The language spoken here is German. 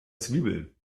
zwiebeln